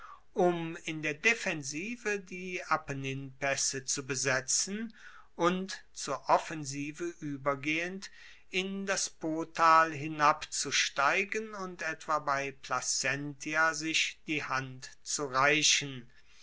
um in der defensive die apenninpaesse zu besetzen und zur offensive uebergehend in das potal hinabzusteigen und etwa bei placentia sich die hand zu reichen